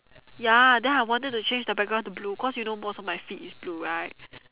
ya then I wanted to change the background to blue cause you know most of my feed is blue right